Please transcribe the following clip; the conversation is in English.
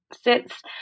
sits